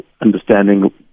understanding